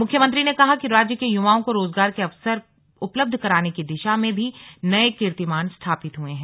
मुख्यमंत्री ने कहा कि राज्य के युवाओं को रोजगार के अवसर उपलब्ध कराने कि दिशा मे भी नये कीर्तिमान स्थापित हुए हैं